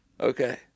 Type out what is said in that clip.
okay